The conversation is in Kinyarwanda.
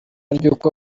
ry’uko